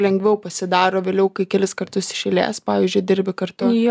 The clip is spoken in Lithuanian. lengviau pasidaro vėliau kai kelis kartus iš eilės pavyzdžiui dirbi kartu